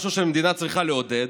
משהו שהמדינה צריכה לעודד,